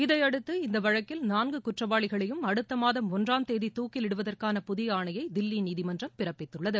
இதையடுத்து இந்த வழக்கில் நான்கு குற்றவாளிகளையும் அடுத்தமாதம் ஒன்றாம் கேதி தூக்கிலிடுவதற்கான புதிய ஆணையை தில்லி நீதிமன்றம் பிறப்பித்துள்ளது